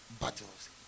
battles